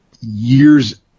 years